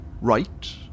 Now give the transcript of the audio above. Right